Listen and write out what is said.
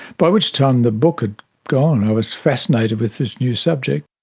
by which time the book had gone, i was fascinated with this new subject.